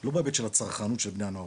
לא בהיבט של הצרכנות של בני הנוער,